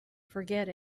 forget